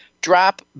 Drop